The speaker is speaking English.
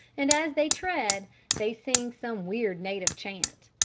and as they tread they sing some weird native chant.